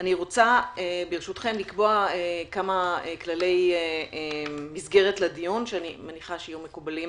אני רוצה ברשותכם לקבוע כמה כללי מסגרת לדיון שאני מניחה שיהיו מקובלים